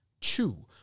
Two